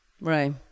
right